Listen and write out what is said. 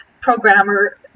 programmer